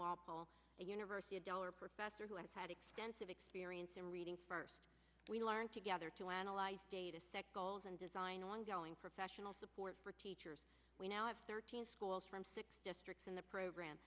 walpole university a dollar professor who has had extensive experience in reading first we learn together to analyze data set goals and design ongoing professional support for teachers we now have thirteen schools from six districts in the program